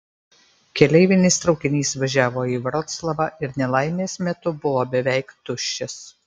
keleivinis traukinys važiavo į vroclavą ir nelaimės metu buvo beveik tuščias